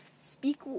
speak